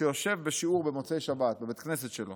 יושב בשיעור במוצאי שבת בבית הכנסת שלו